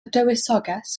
dywysoges